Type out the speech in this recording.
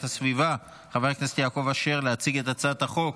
הסביבה חבר הכנסת יעקב אשר להציג את הצעת החוק.